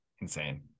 insane